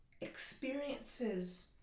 experiences